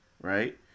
right